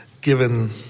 given